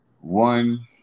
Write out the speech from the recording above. One